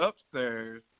upstairs